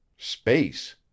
Space